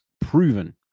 proven